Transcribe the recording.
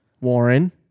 Warren